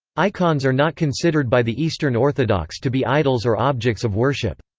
icons are not considered by the eastern orthodox to be idols or objects of worship.